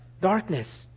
darkness